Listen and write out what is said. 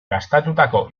gastatutako